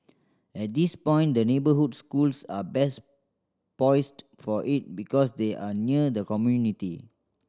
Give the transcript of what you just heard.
at this point the neighbourhood schools are best poised for it because they are near the community